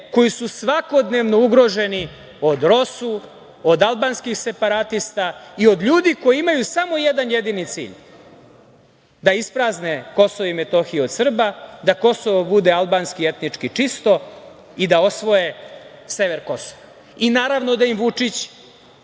koji su svakodnevno ugroženi od ROSU, od albanskih separatista i od ljudi koji imaju samo jedan jedini cilj – da isprazne Kosovo i Metohiju od Srba, da Kosovo bude albanski, etnički čisto i da osvoje sever Kosova. Naravno da im Vučić